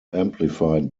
amplified